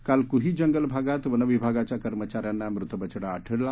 काल कुही जंगल भागात वनविभागाच्या कर्मचा यांना मृत बछडा आढळला